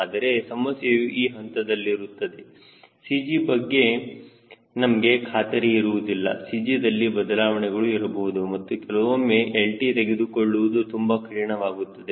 ಆದರೆ ಸಮಸ್ಯೆಯು ಈ ಹಂತದಲ್ಲಿರುತ್ತದೆ CG ಬಗ್ಗೆ ನಮಗೆ ಖಾತರಿ ಇರುವುದಿಲ್ಲ CG ದಲ್ಲಿ ಬದಲಾವಣೆಗಳು ಇರಬಹುದು ಮತ್ತು ಕೆಲವೊಮ್ಮೆ lt ತೆಗೆದುಕೊಳ್ಳುವುದು ತುಂಬಾ ಕಠಿಣವಾಗುತ್ತದೆ